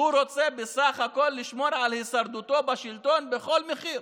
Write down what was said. שהוא רוצה בסך הכול לשמור על הישרדותו בשלטון בכל מחיר.